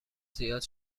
زیاد